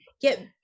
get